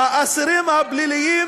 האסירים הפליליים,